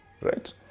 Right